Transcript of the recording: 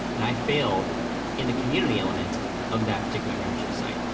and i failed in the community element of that particular membership site.